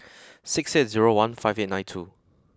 six eight zero one five eight nine two